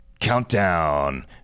Countdown